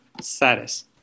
status